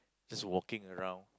just walking around